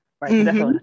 Right